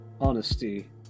honesty